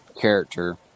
character